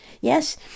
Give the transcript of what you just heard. Yes